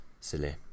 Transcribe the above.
silly